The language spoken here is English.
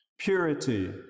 purity